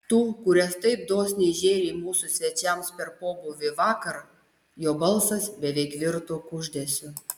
tų kurias taip dosniai žėrei mūsų svečiams per pobūvį vakar jo balsas beveik virto kuždesiu